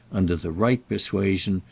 under the right persuasion,